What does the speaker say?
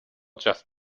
just